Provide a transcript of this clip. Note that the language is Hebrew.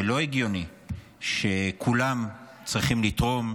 ולא הגיוני שכולם צריכים לתרום,